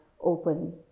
open